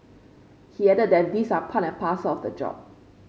he added that these are part and parcel of the job